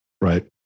Right